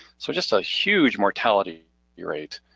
so just a huge mortality yeah rate.